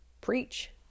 preach